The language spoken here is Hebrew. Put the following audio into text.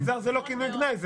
עובד זר זה לא כינוי גנאי.